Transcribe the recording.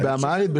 באמהרית,